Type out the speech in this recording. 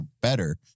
better